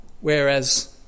Whereas